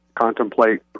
contemplate